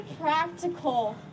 practical